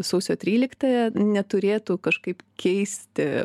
sausio tryliktąją neturėtų kažkaip keisti